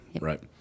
right